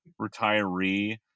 retiree